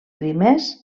primers